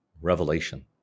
Revelation